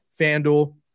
FanDuel